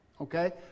okay